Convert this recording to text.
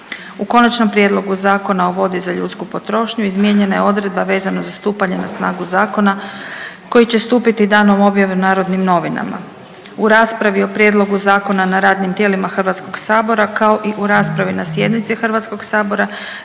U Konačnom prijedlogu Zakona o vodi za ljudsku potrošnju izmijenjena je odredba vezana za stupanje na snagu zakona koja će stupiti danom objave u Narodnim novinama. U raspravi o Prijedlogu zakona na radnim tijelima HS-a, kao i u raspravi na sjednici HS-a nije bilo